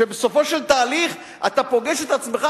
ובסופו של תהליך אתה פוגש את עצמך,